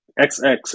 XX